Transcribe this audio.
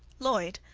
lloyd,